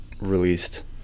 released